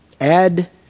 Add